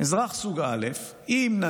כי אי-אפשר להגיד לאזרחים: ביום שאתם אזרחים,